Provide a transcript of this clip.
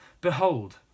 Behold